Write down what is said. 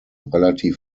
relativ